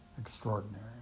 extraordinary